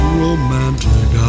romantic